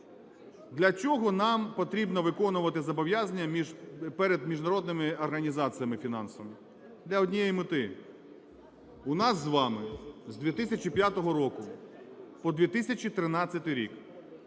для чого нам потрібно виконувати зобов'язання перед міжнародними організаціями фінансовими? Для однієї мети. У нас з вами з 2005 року по 2013 рік